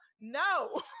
no